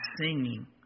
singing